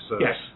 Yes